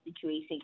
situation